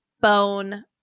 bone